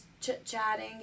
chit-chatting